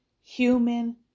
human